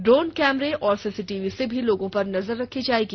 drone कैमरे व CCTV से भी लोगों पर नजर रखी जायेगी